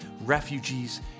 refugees